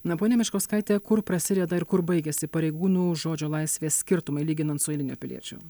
na ponia meškauskaite kur prasideda ir kur baigiasi pareigūnų žodžio laisvės skirtumai lyginant su eilinio piliečio